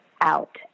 out